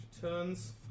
turns